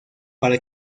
para